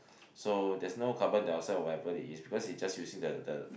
so there's no carbon dioxide or whatever it is because it just using the the